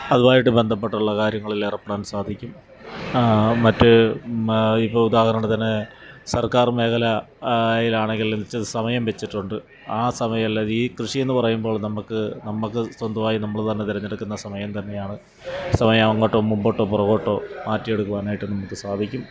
അതുമായിട്ട് ബന്ധപ്പെട്ടുള്ള കാര്യങ്ങളിൽ ഏർപ്പെടാൻ സാധിക്കും മറ്റു ഇപ്പോൾ ഉദാഹരണത്തിന് സർക്കാർ മേഖല യിലാണെങ്കിൽ നിശ്ചിത സമയം വച്ചിട്ടുണ്ട് ആ സമയം എല്ലാ ഈ കൃഷിയിൽ നിന്ന് പറയുമ്പോൾ നമ്മൾക്ക് നമ്മൾക്ക് സ്വന്തമായി നമ്മൾ തന്നെ തെരഞ്ഞെടുക്കുന്ന സമയം തന്നെയാണ് സമയം അങ്ങോട്ടോ മുമ്പോട്ടോ പുറകോട്ടോ മാറ്റിയെടുക്കുവാനായിട്ട് നമുക്ക് സാധിക്കും